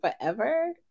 forever